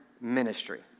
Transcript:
ministry